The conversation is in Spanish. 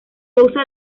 sousa